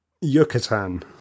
Yucatan